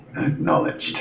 Acknowledged